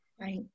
Right